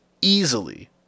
easily